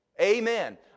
amen